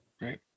right